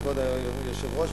כבוד היושב-ראש,